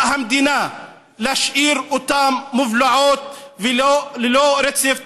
המדינה להשאיר אותן מובלעות ללא רצף טריטוריאלי.